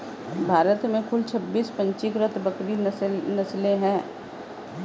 भारत में कुल छब्बीस पंजीकृत बकरी नस्लें हैं